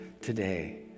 today